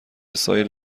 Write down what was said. سایر